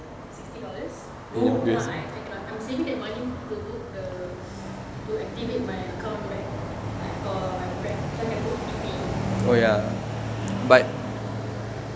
sixty dollars no I cannot I I cannot I'm saving that money to book the to activate my account back like for my grab stuff E P